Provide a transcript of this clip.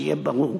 שיהיה ברור: